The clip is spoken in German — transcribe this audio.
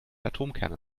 atomkerne